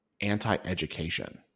anti-education